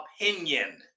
opinion